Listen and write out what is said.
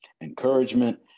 encouragement